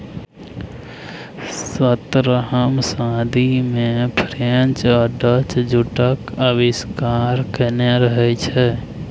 सतरहम सदी मे फ्रेंच आ डच जुटक आविष्कार केने रहय